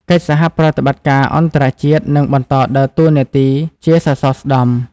កិច្ចសហប្រតិបត្តិការអន្តរជាតិនឹងបន្តដើរតួនាទីជាសសរស្តម្ភ។